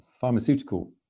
pharmaceutical